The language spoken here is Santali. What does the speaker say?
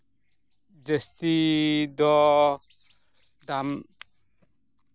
ᱡᱟᱹᱥᱛᱤ ᱫᱚ ᱫᱟᱢ